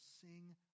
sing